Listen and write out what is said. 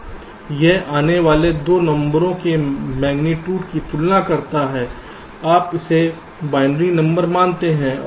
यह आने वाले 2 नंबरों के मेग्नीट्यूड की तुलना करता है आप उन्हें बाइनरी नंबर मानते हैं